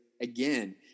again